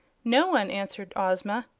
no one, answered ozma.